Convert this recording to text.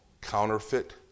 counterfeit